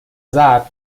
زرد